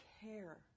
care